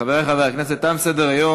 חברי חברי הכנסת, תם סדר-היום.